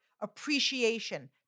appreciation